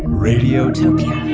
radiotopia